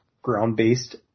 ground-based